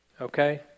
okay